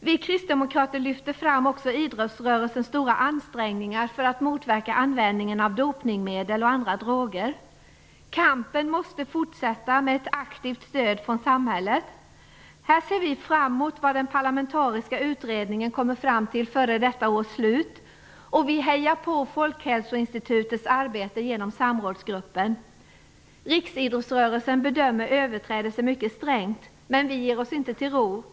Vi kristdemokrater lyfter fram också idrottsrörelsens stora ansträngningar för att motverka användningen av dopningsmedel och andra droger. Kampen måste fortsätta med ett aktivt stöd från samhället. Här ser vi fram mot vad den parlamentariska utredningen kommer fram till före detta års slut. Vi hejar på Folkhälsoinstitutets arbete genom samrådsgruppen. Riksidrottsrörelsen bedömer överträdelser mycket strängt. Men vi slår oss inte till ro.